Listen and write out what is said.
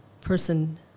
person